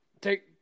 take